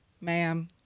ma'am